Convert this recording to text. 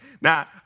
Now